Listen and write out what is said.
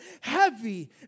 heavy